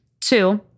Two